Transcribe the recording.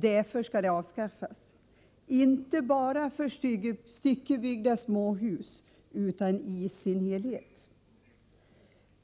Därför skall det avskaffas — inte bara för styckebyggda småhus, utan i sin helhet.